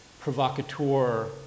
provocateur